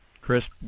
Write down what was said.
Chris